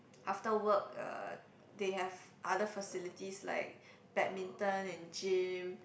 after work uh they have other facilities like badminton and gym